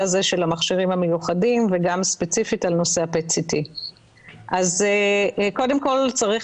של המכשירים המיוחדים וגם ספציפית על נושא ה- PET-CT. קודם כל צריך